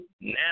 now